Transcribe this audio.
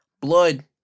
blood